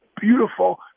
beautiful